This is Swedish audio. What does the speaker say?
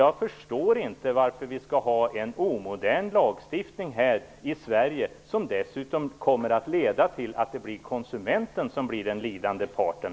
Jag förstår inte varför vi här i Sverige skall ha en omodern lagstiftning, som dessutom kommer att leda till att bl.a. konsumenten blir den lidande parten.